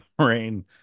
rain